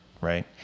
right